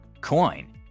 Coin